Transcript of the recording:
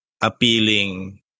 appealing